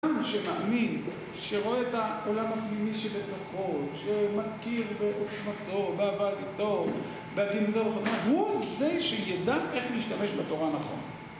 אדם שמאמין, שרואה את העולם הפנימי שבתוכו, שמכיר בעוצמתו, בעבדתו, בהגינותו, הוא זה שידע איך להשתמש בתורה הנכונה.